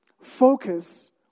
Focus